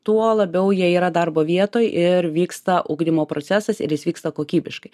tuo labiau jie yra darbo vietoj ir vyksta ugdymo procesas ir jis vyksta kokybiškai